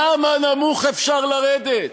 כמה נמוך אפשר לרדת?